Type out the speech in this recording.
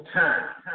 time